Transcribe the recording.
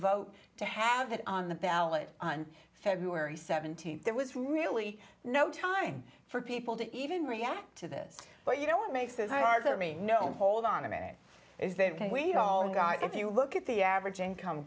vote to have it on the ballot on february seventeenth there was really no time for people to even react to this but you know what makes it hard for me know hold on a minute is that we've all got if you look at the average income